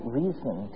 reason